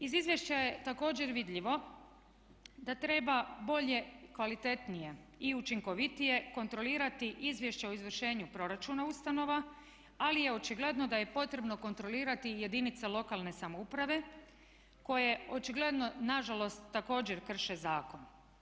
Iz izvješća je također vidljivo da treba bolje, kvalitetnije i učinkovitije kontrolirati izvješća o izvršenju proračuna ustanova ali je očigledno da je potrebno kontrolirati i jedinice lokalne samouprave koje očigledno nažalost također krše zakon.